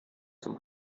zum